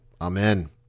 Amen